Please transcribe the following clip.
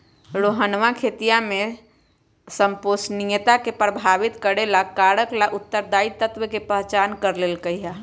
रोहनवा खेतीया में संपोषणीयता के प्रभावित करे वाला कारक ला उत्तरदायी तत्व के पहचान कर लेल कई है